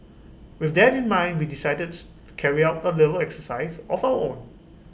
with that in mind we decided to carry out A little exercise of our own